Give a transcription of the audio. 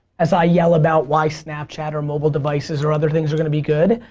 as i yell about why snapchat or mobile devices or other things are going to be good,